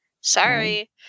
Sorry